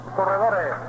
corredores